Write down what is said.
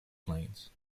planes